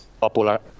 popular